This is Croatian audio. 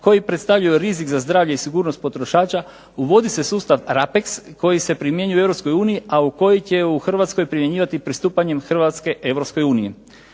koji predstavljaju rizik za zdravlje i sigurnost potrošača uvodi se sustav RAPEX koji se primjenjuje u Europskoj uniji a koji će se u Hrvatskoj primjenjivati pristupanjem Hrvatske